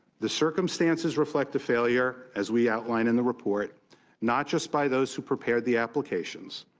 the circumstances reflect the failure as we outline in the report not just by those who prepared the applications,